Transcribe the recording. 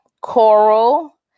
Coral